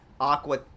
aqua